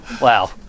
wow